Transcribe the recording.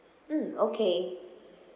mm okay